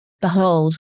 Behold